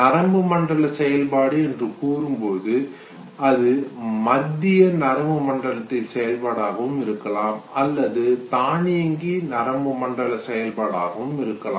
நரம்பு மண்டல செயல்பாடு என்று கூறும் பொழுது அது மத்திய நரம்பு மண்டலத்தின் செயல்பாடாகவும் இருக்கலாம் அல்லது தன்னியக்க நரம்பு மண்டல செயல்பாடாகவும் இருக்கலாம்